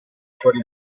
fuori